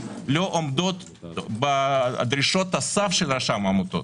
עומדות בדרישות הסף של רשם העמותות.